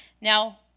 Now